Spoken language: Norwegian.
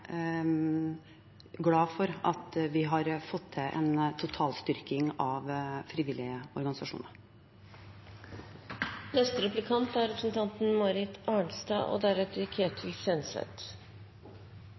glad for at vi har fått til en total styrking av frivillige organisasjoner.